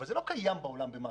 אבל זה לא קיים בעולם במסות.